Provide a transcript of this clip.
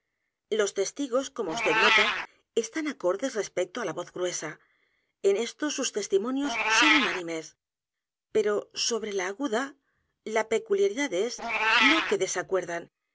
los testigos como vd nota están acordes respecto á la voz g r u e s a en esto sus testimonios son unánimes p e r o sobre la aguda la peculiaridad es n